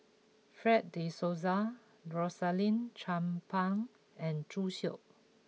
Fred de Souza Rosaline Chan Pang and Zhu Xu